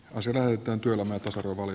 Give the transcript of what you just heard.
on se käytäntö mikä sorvali